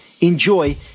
enjoy